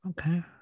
okay